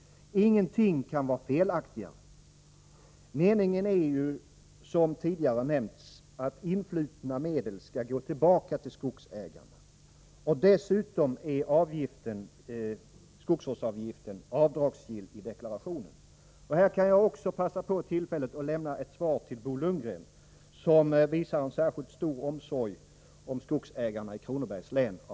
Ingenting kan vara felaktigare. Meningen är ju, som tidigare nämnts, att influtna medel skall gå tillbaka till skogsägarna. Dessutom är skogsvårdsavgiften avdragsgill i deklarationen. Här kan jag passa på tillfället att lämna ett svar till Bo Lundgren, som av någon anledning visar en särskilt stor omsorg om skogsägarna i Kronobergs län.